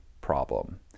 problem